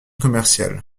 commerciales